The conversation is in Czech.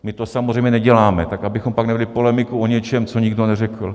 My to samozřejmě neděláme, tak abychom pak nevedli polemiku o něčem, co nikdo neřekl.